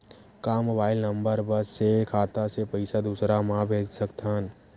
का mobile number बस से खाता से पईसा दूसरा मा भेज सकथन?